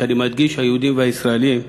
ואני מדגיש היהודים והישראלים,